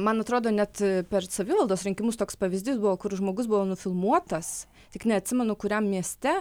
man atrodo net per savivaldos rinkimus toks pavyzdys buvo kur žmogus buvo nufilmuotas tik neatsimenu kuriam mieste